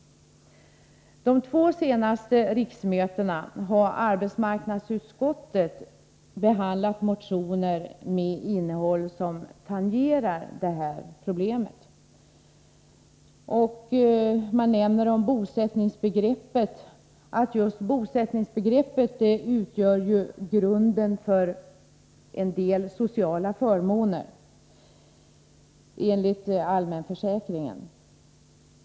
Under de två senaste riksmötena har arbetsmarknadsutskottet behandlat motioner med innehåll som tangerar den här problematiken. Bosättningsbegreppet utgör ju grunden för en del sociala förmåner inom den allmänna försäkringen.